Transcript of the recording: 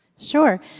sure